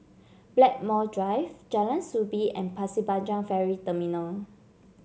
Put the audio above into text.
Blackmore Drive Jalan Soo Bee and Pasir Panjang Ferry Terminal